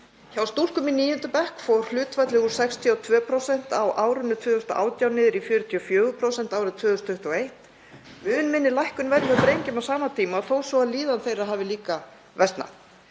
Hjá stúlkum í 9. bekk fór hlutfallið úr 62% á árinu 2018 niður í 44% árið 2021, mun minni lækkun verður hjá drengjum á sama tíma þó svo að líðan þeirra hafi líka versnað.